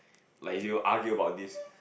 like if you argue about this